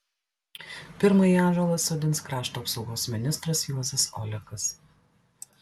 pirmąjį ąžuolą sodins krašto apsaugos ministras juozas olekas